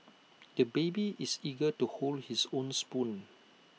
the baby is eager to hold his own spoon